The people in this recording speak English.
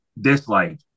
dislike